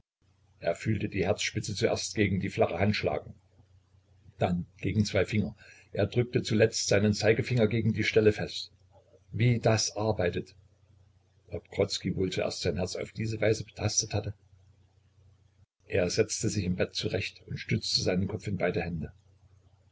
er fühlte die herzspitze zuerst gegen die flache hand schlagen dann gegen zwei finger er drückte zuletzt seinen zeigefinger gegen die stelle fest wie das arbeitet ob grodzki wohl zuerst sein herz auf diese weise betastet hatte er setzte sich im bett zurecht und stützte seinen kopf in beide hände